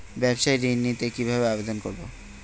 ব্যাবসা ঋণ নিতে কিভাবে আবেদন করব?